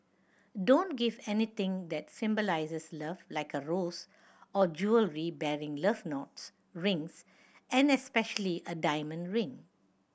don't give anything that symbolises love like a rose or jewellery bearing love knots rings and especially a diamond ring